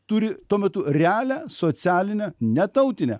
turi tuo metu realią socialinę ne tautinę